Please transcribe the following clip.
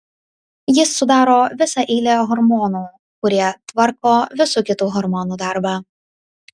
jis sudaro visą eilę hormonų kurie tvarko visų kitų hormonų darbą